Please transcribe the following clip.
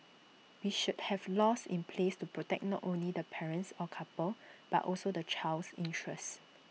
we should have laws in place to protect not only the parents or couple but also the child's interest